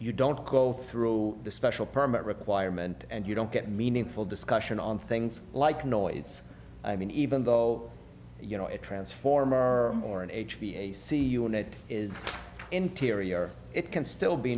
you don't go through the special permit requirement and you don't get meaningful discussion on things like noise i mean even though you know a transformer or an h p a c unit is interior it can still be